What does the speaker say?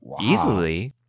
Easily